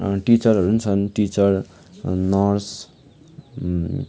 टिचरहरू पनि छन् टिचर नर्स